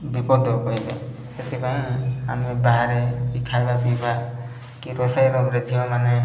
ବିପଦ ପାଇଁକା ସେଥିପାଇଁ ଆମେ ବାହାରେ ବି ଖାଇବା ପିଇବା କି ରୋଷେଇ ରୁମ୍ରେ ଝିଅମାନେ